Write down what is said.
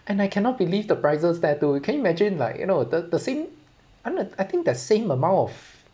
and I cannot believe the prices there too can you imagine like you know the the same I I think that same amount of